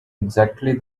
exactly